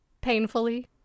Painfully